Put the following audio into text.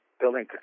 building